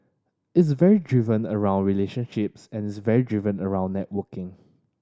it's very driven around relationships and it's very driven around networking